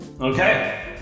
Okay